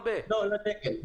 לא, לדגם.